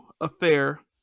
affair